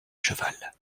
cheval